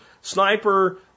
sniper